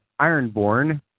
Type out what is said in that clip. Ironborn